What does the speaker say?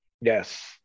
Yes